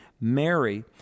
Mary